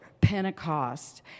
Pentecost